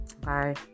Bye